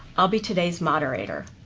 i'll be today's moderator.